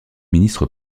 ministre